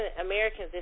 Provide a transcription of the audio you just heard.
Americans